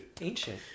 Ancient